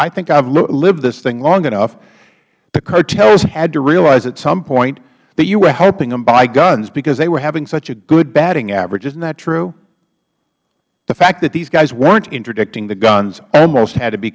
think i have lived this thing long enough the cartels had to realize at some point that you were helping them buy guns because they were having such a good batting average isn't that true the fact that these guys weren't interdicting the guns almost had to be